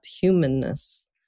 humanness